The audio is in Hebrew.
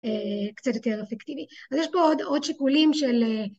קצת יותר אפקטיבי. אז יש פה עוד שיקולים של...